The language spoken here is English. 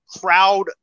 crowd